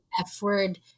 F-word